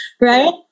right